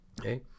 Okay